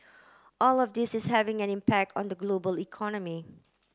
all of this is having an impact on the global economy